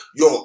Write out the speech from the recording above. yo